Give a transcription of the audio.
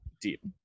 deep